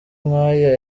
nk’aya